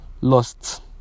lost